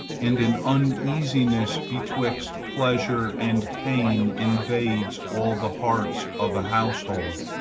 and an uneasiness betwixt pleasure and pain invades all the hearts of a household.